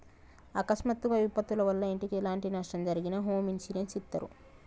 అకస్మాత్తుగా విపత్తుల వల్ల ఇంటికి ఎలాంటి నష్టం జరిగినా హోమ్ ఇన్సూరెన్స్ ఇత్తారు